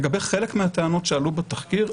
לגבי חלק מהטענות שעלו בתחקיר,